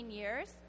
years